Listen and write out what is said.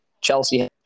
Chelsea